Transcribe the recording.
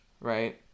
right